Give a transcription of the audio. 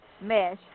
mesh